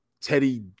Teddy